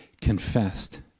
confessed